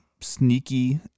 sneaky